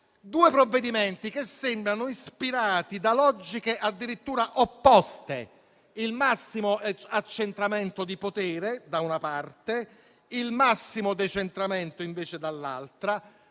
due provvedimenti che sembrano ispirati da logiche addirittura opposte (il massimo accentramento di potere da una parte, il massimo decentramento invece dall'altra),